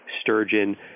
sturgeon